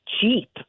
cheap